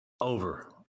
Over